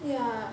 yeah